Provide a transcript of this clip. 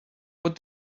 what